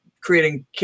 creating